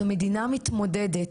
זו מדינה מתמודדת.